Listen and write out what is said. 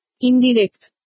Indirect